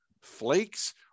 flakes